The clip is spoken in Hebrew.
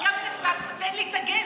אמרתי לקמיניץ בעצמו: תן לי את הגזר,